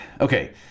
Okay